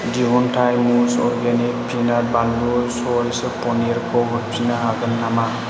दिहुनथाइ मुज organic peanut बानलु सय पनिरखौ हरफिन्नो हागोन नामा